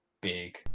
big